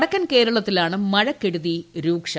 വടക്കൻ കേരളത്തിലാണ് മഴക്കെടുതി രൂക്ഷം